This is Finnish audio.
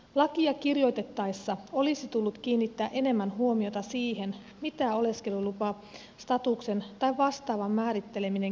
lakia kirjoitettaessa olisi tullut kiinnittää enemmän huomiota siihen mitä oleskelulupastatuksen tai vastaavan määritteleminen käytännössä tarkoittaa esimerkiksi terveyskeskuksessa